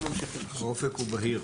האופק הוא בהיר.